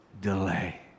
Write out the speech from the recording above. delay